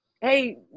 hey